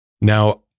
Now